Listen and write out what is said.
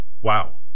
Wow